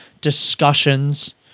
discussions